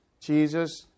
Jesus